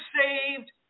saved